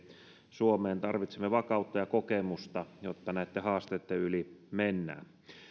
suomeen tarvitsemme vakautta ja kokemusta jotta näitten haasteitten yli mennään